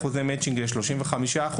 2.5% ל-35%,